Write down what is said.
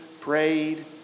prayed